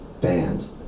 band